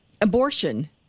abortion